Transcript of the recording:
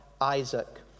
Isaac